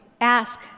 ask